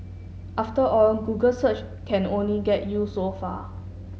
after all Google search can only get you so far